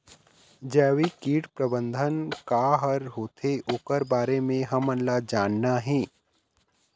जैविक कीट प्रबंधन का हर होथे ओकर बारे मे हमन ला जानना हे?